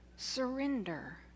Surrender